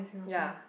ya